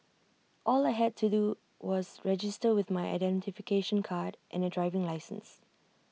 all I had to do was register with my identification card and A driving licence